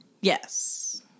Yes